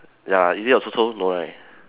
ya is it your chou chou no right